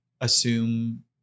assume